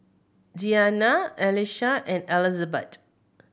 Jeanna Elisha and Elizabet